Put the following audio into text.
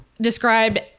described